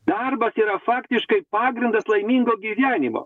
darbas yra faktiškai pagrindas laimingo gyvenimo